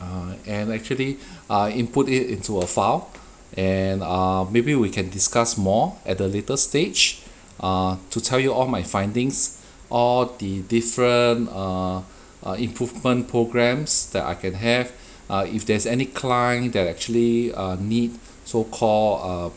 um and actually uh input it into a file and err maybe we can discuss more at a later stage uh to tell you all my findings all the different err err improvement programs that I can have uh if there's any client that actually err need so call err